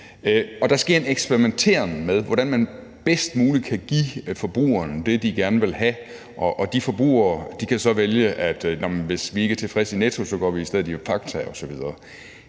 Der sker en eksperimenteren med, hvordan man bedst muligt kan give forbrugerne det, de gerne vil have. De forbrugere kan så vælge, hvis de ikke er tilfredse med Netto, i stedet at gå i Fakta osv.